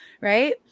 right